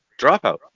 dropout